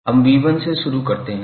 हम v1 से शुरू करते हैं